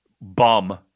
bum